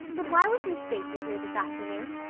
but why was miss stacy here this afternoon?